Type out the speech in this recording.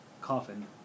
coffin